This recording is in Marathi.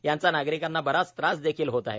याचा नागरिकांना बराच त्रास देखील होत आहे